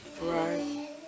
Right